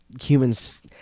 humans